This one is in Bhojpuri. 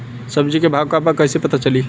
सब्जी के भाव का बा कैसे पता चली?